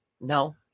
No